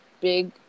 big